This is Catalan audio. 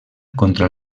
contra